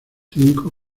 cinco